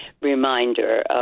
reminder